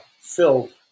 filled